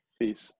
Peace